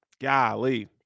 Golly